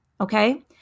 okay